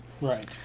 Right